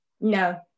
No